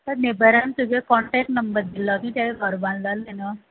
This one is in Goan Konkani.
ते नेबरान तुजो कोन्टेक्ट नंबर दिल्लो तुवें तेगेले घर बांदलेले न्हू